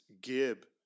gib